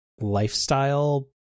lifestyle